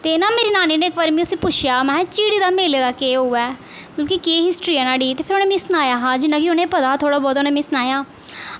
ते ना मेरी नानी ने इक बारी में उसी पुच्छेआ महां झिड़ी दे मेले दा केह् ओह् ऐ उं'दी केह् हिस्टरी ऐ नुहाड़ी ते फ्ही उ'नें मिगी सनाया हा जिन्ना कि उ'नेंगी पता हा थोह्ड़ा बौह्त उ'नें मिगी सनाया हा